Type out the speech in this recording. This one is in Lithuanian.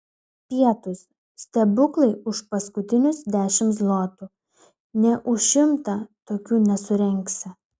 pietūs stebuklai už paskutinius dešimt zlotų nė už šimtą tokių nesurengsi